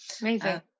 amazing